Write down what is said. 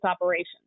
operations